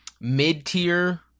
mid-tier